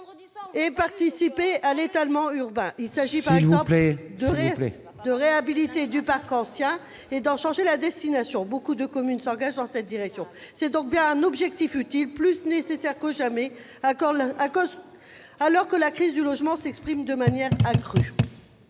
de participer à l'étalement urbain, mais, par exemple, ... S'il vous plaît ! ...de réhabiliter le parc ancien et d'en changer la destination. Beaucoup de communes s'engagent dans cette direction. C'est donc bien un objectif utile, plus nécessaire que jamais, alors que la crise du logement se manifeste de manière accrue.